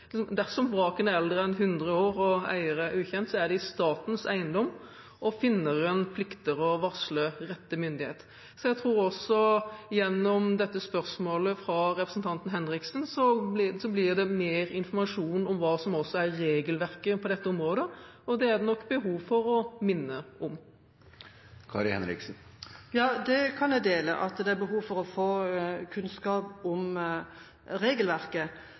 er ukjent, er de statens eiendom, og finneren plikter å varsle rette myndighet. Jeg tror at det også, gjennom dette spørsmålet fra representanten Henriksen, blir mer informasjon om hva som altså er regelverket på dette området, og det er det nok behov for å minne om. Ja, det kan jeg dele – at det er behov for å få kunnskap om regelverket.